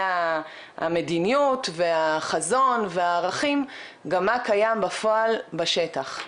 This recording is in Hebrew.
המדיניות והחזון והערכים גם מה קיים בפועל בשטח.